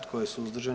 Tko je suzdržan?